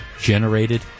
generated